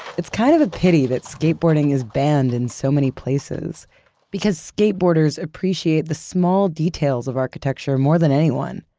it's kind of a pity that skateboarding is banned in so many places because skateboarders appreciate the small details of architecture more than anyone.